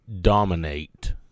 dominate